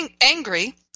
angry